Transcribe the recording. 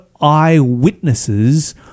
eyewitnesses